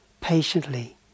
patiently